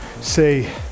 say